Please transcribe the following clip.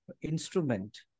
instrument